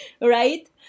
Right